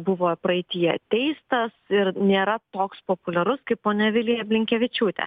buvo praeityje teistas ir nėra toks populiarus kaip ponia vilija blinkevičiūtė